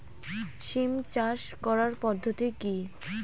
সিম চাষ করার পদ্ধতি কী?